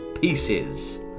Pieces